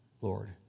Lord